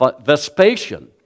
Vespasian